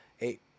eight